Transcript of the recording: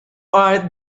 are